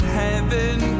heaven